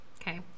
okay